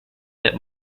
that